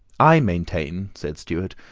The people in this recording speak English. i maintain, said stuart,